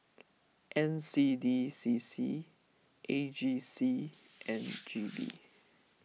N C D C C A G C and G V